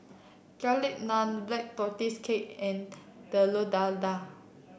Garlic Naan Black Tortoise Cake and Telur Dadah